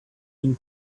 being